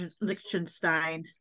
Liechtenstein